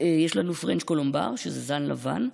יש לנו פרנץ קולומבר, שזה זן לבן.